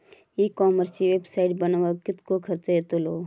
E कॉमर्सची website बनवक किततो खर्च येतलो?